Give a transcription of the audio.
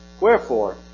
wherefore